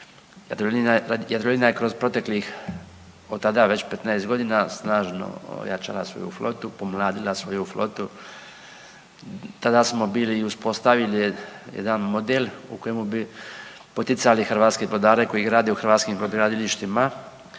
Jadrolinija je kroz proteklih od tada već 15.g. snažno ojačala svoju flotu, pomladila svoju flotu. Tada smo bili i uspostavili jedan model u kojemu bi poticali hrvatske brodare koji grade u hrvatskim brodogradilištima